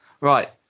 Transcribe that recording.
Right